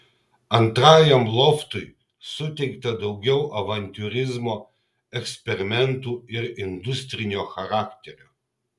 antrajam loftui suteikta daugiau avantiūrizmo eksperimentų ir industrinio charakterio